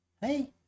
Hey